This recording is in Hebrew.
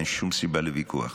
אין שום סיבה לוויכוח.